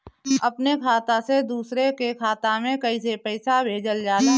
अपने खाता से दूसरे के खाता में कईसे पैसा भेजल जाला?